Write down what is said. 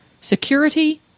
security